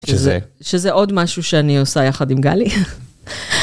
שזה עוד משהו שאני עושה יחד עם גלי.